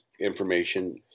information